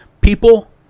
people